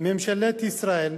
ממשלת ישראל,